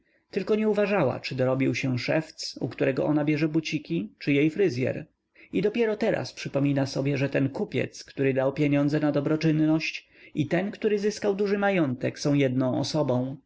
tylko nie uważała czy dorobił się szewc u którego ona bierze buciki czy jej fryzyer i dopiero teraz przypomina sobie że ten kupiec który dał pieniądze na dobroczynność i ten który zyskał duży majątek są jedną osobą